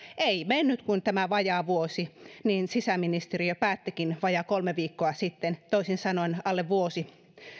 ei mennyt kuin tämä vajaa vuosi niin sisäministeriö päättikin vajaa kolme viikkoa sitten toisin sanoen alle vuosi